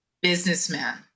businessman